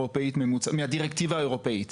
מהדירקטיבה האירופאית.